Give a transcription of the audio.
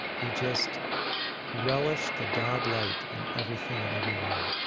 you just relish the god-light in everything and everyone.